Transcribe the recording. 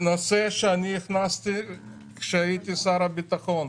נושא שאני הכנסתי כשהייתי שר הביטחון.